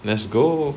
let's go